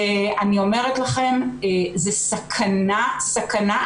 ואני אומרת לכם: זו סכנה, סכנה.